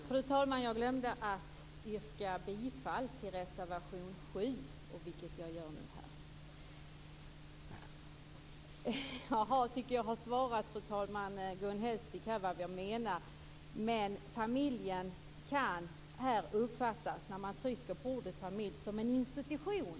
Fru talman! Jag glömde att yrka bifall till reservation 7, vilket jag gör nu. Jag tycker, fru talman, att jag har svarat Gun Hellsvik om vad vi menar. Men familjen kan uppfattas, när man trycker på ordet "familj", som en institution.